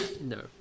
no